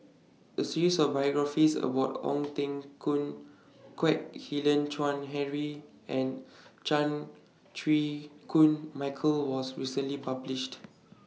A series of biographies about Ong Teng Koon Kwek Hian Chuan Henry and Chan Chew Koon Michael was recently published